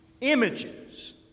images